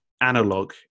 Analog